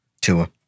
Tua